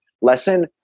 lesson